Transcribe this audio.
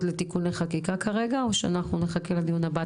לתיקוני חקיקה כרגע או שאנחנו נחכה לדיון הבא?